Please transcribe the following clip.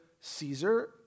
Caesar